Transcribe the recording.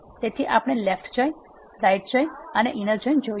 તેથી આપણે left join right join અને ઇનર જોઇન જોયુ